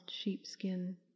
sheepskin